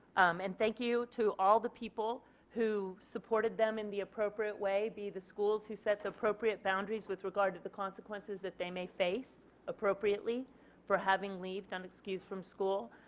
and thank you to all the people who supported them in the appropriate way be at the schools who set the appropriate boundaries with regard to the consequences that they may face appropriately for having waived and excused from school.